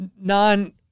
non